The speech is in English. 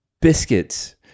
biscuits